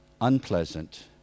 unpleasant